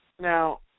Now